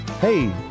Hey